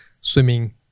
swimming